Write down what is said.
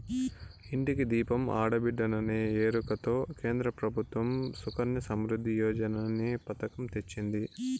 ఇంటికి దీపం ఆడబిడ్డేననే ఎరుకతో కేంద్ర ప్రభుత్వం సుకన్య సమృద్ధి యోజననే పతకం తెచ్చింది